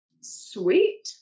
Sweet